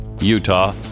Utah